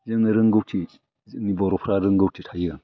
जोंङो रोंगौथि जोंनि बर'फ्रा रोंगौथि थायो